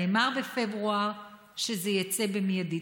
נאמר בפברואר שזה יצא מיידית.